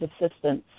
assistance